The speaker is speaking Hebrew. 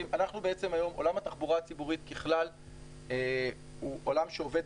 עולם התחבורה הציבורית ככלל הוא עולם שעובד